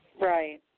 Right